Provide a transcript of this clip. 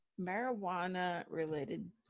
Marijuana-related